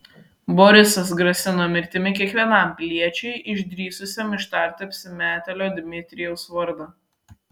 borisas grasino mirtimi kiekvienam piliečiui išdrįsusiam ištarti apsimetėlio dmitrijaus vardą